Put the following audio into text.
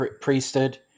priesthood